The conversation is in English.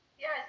Yes